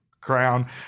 crown